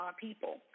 people